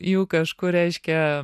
jų kažkur reiškia